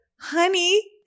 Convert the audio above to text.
honey